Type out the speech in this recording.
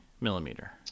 millimeter